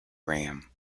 ram